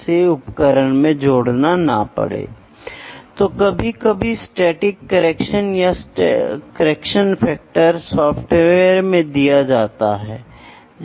इसलिए मैं कुछ गणना करता हूं और अब यहां से मैं देखूँगा कि कौन सा तेल लीक हो गया है और फिर रिसाव को मापने या तेल के प्रेशर को मापने का प्रयास करें और यहां से मैं वेट को मापने के लिए कोरिलेट करता हूं